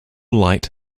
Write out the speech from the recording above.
light